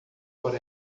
por